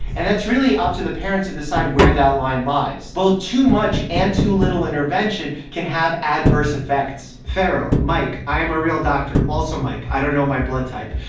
and that's really up to the parent to decide where that line lies. both too much and too little intervention can have adverse effects. fero mike i am a real doctor. also mike i don't know my blood type.